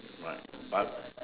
right but